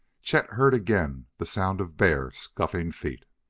chet heard again the sound of bare, scuffing feet.